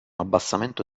abbassamento